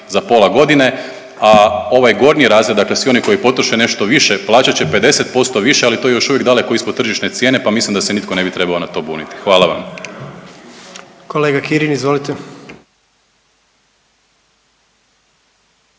za pola godine. A ovaj gornji razred dakle svi oni koji potroše nešto više plaćat će 50% više, ali to je još uvijek daleko ispod tržišne cijene pa mislim da se nitko ne bi trebao na to buniti. Hvala vam. **Jandroković,